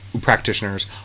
practitioners